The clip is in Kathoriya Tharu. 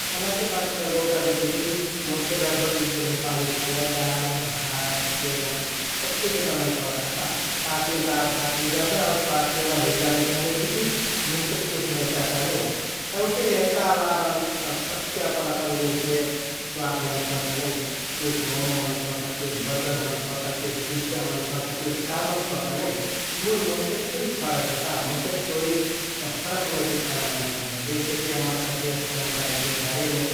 खानाके बात करबो कहलेतिति मोहके लगभग यिहि नेपाली खाना दार, भात, तेना सबति जेदा मन परता का । खासमे दार, भात हुइजाबे आउ साग तेना हुइजाबे कहलेतिति मोहकेत कुछ नाइ चहता नै तभुफे यहका अलाबा अब सबके अपन अपन मेलके स्वाद मन परता नै । कुइक म:म मन परता, कुइक बर्गर मन परता, कुइक पिज्जा मन परता, कुइक का मन परता नै मुल मोहके थोरि फरक हे का, मोहके थोरि फरक मेलके खाना मन परता । जैसेकि हम्मर कठरिया ससमुदायके घरेमे